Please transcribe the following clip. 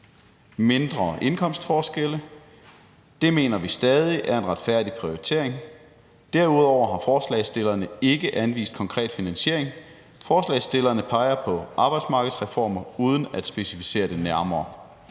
mindre indkomstforskelle – det mener vi stadig er en retfærdig prioritering. Derudover har forslagsstillerne ikke anvist konkret finansiering. Forslagsstillerne peger på arbejdsmarkedsreformer uden at specificere det nærmere.